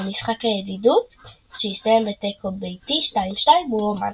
במשחק הידידות שהסתיים בתיקו ביתי 2–2 מול רומניה.